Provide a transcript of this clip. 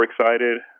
excited